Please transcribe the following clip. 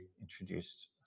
introduced